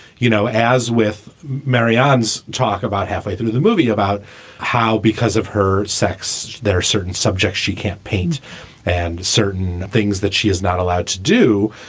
you know, as with mariane's talk about halfway through the movie, about how because of her sex, there are certain subjects she can't paint and certain things that she is not allowed to do.